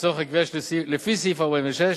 לצורך הקביעה לפי סעיף 46,